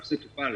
הנושא טופל.